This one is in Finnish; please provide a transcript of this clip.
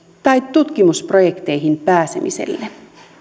tai tutkimusprojekteihin pääsemiselle